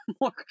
more